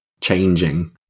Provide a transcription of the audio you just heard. changing